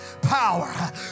power